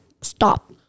stop